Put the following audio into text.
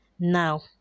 Now